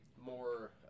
more